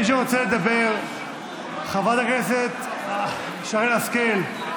מי שרוצה לדבר, חברת הכנסת שרן השכל,